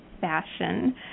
fashion